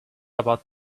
about